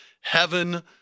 heaven